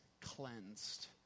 cleansed